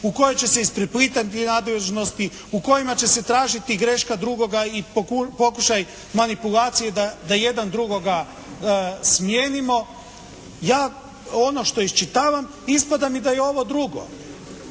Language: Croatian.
u kojoj će se ispreplitati nadležnosti, u kojima će se tražiti greška drugoga i pokušaj manipulacije da jedan drugoga smijenimo. Ja ono što iščitavam, ispada mi da je ovo drugo.